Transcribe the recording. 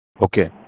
Okay